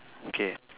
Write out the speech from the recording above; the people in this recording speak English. okay